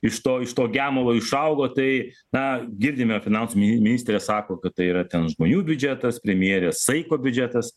iš to iš to gemalo išaugo tai na girdime finansų min ministrė sako kad tai yra ten žmonių biudžetas premjerė saiko biudžetas